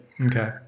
Okay